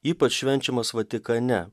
ypač švenčiamas vatikane